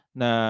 na